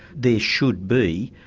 there should be,